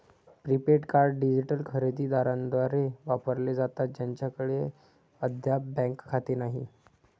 prepaid card digital खरेदी दारांद्वारे वापरले जातात ज्यांच्याकडे अद्याप बँक खाते नाही